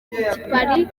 ikipari